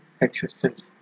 existence